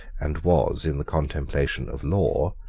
and was, in the contemplation of law,